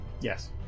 yes